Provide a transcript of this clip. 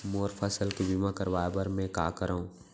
मोर फसल के बीमा करवाये बर में का करंव?